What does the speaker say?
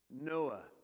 Noah